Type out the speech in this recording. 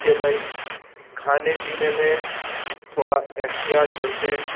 کہ بھائی کھانے پینے میں تھوڑا احتیاط برتیں